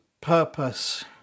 purpose